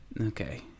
okay